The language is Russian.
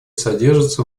содержатся